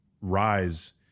rise